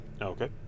Okay